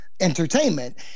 entertainment